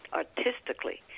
artistically